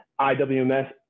IWMS